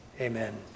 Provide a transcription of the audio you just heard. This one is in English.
amen